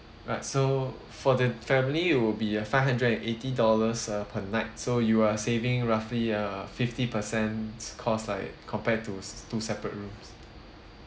right so for the family it will be uh five hundred and eighty dollars uh per night so you are saving roughly uh fifty percent cost like compared to two separate rooms